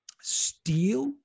Steel